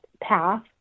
path